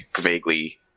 vaguely